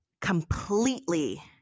completely